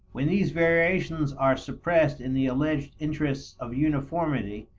when these variations are suppressed in the alleged interests of uniformity,